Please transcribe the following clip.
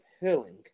healing